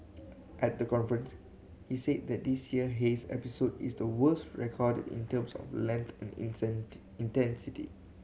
at the conference he said that this year haze episode is the worst recorded in terms of length and intensity